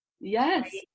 Yes